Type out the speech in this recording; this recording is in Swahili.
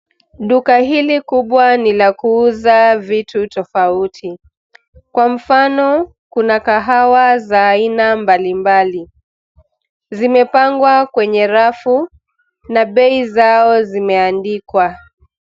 Duka hili kubwa ni la kuuza vitu tofauti. Kwa mfano kuna kahawa za aina mbali mbali. Zimepangwa kwenye rafu na bei zao zimeandikwa.